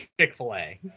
Chick-fil-A